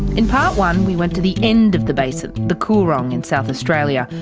in part one we went to the end of the basin, the coorong in south australia,